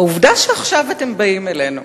עכשיו אתם באים אלינו